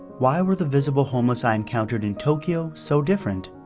why were the visible homeless i encountered in tokyo so different?